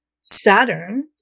Saturn